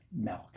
milk